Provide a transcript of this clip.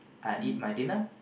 I eat my dinner